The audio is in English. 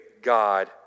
God